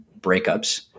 breakups